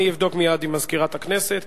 אני אבדוק מייד עם מזכירת הכנסת,